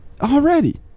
Already